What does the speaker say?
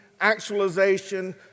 actualization